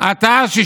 הרב פרוש,